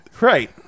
Right